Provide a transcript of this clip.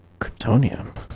Kryptonium